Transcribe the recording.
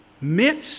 myths